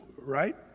right